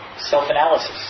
self-analysis